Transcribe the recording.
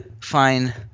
fine